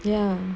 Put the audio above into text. ya